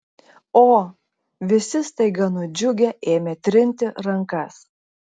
o visi staiga nudžiugę ėmė trinti rankas